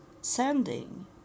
sending